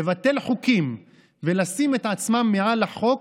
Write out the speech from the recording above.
לבטל חוקים ולשים את עצמם מעל החוק,